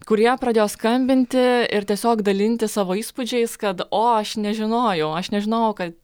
kurie pradėjo skambinti ir tiesiog dalintis savo įspūdžiais kad o aš nežinojau aš nežinojau kad